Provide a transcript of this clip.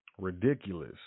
ridiculous